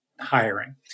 hiring